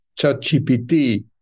ChatGPT